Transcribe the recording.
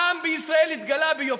העם בישראל התגלה ביופיו.